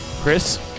Chris